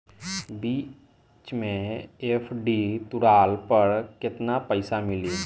बीच मे एफ.डी तुड़ला पर केतना पईसा मिली?